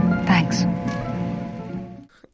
Thanks